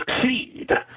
succeed